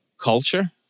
culture